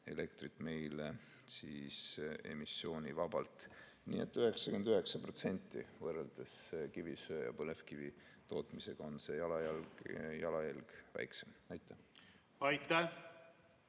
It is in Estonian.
elektrit meile juba emissioonivabalt. Nii et 99% võrreldes kivisöe ja põlevkivi tootmisega on see jalajälg väiksem. Aitäh!